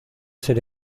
ser